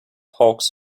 hawks